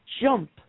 jump